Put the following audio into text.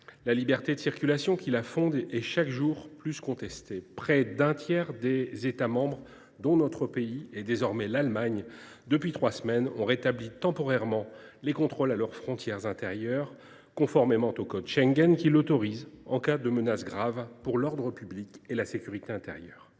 la liberté de circulation qui la fonde est chaque jour plus contestée. Près d’un tiers des États membres, dont notre pays et désormais l’Allemagne depuis trois semaines, ont rétabli temporairement les contrôles aux frontières intérieures, conformément au code Schengen qui l’autorise en cas de menace grave pour l’ordre public et la sécurité intérieure.